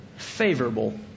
favorable